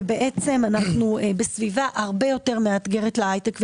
ואנו בעצם בסביבה הרבה יותר מאתגרת בהייטק.